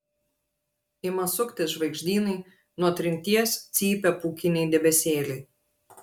ima suktis žvaigždynai nuo trinties cypia pūkiniai debesėliai